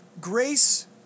grace